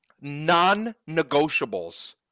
non-negotiables